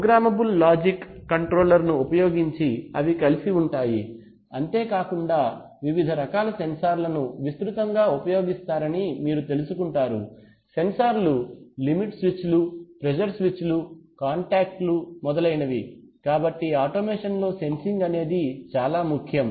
programmable logic కంట్రోలర్లను ఉపయోగించి అవి కలిసి ఉంటాయి అంతే కాకుండా వివిధ రకాల సెన్సార్లను విస్తృతంగా ఉపయోగిస్తారని మీరు తెలుసుకుంటారు సెన్సార్లు లిమిట్ స్విచ్లు ప్రెజర్ స్విచ్లు కాంటాక్ట్ లు మొదలైనవి కాబట్టి ఆటోమేషన్లో సెన్సింగ్ అనేది చాలా ముఖ్యం